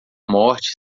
morte